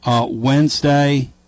Wednesday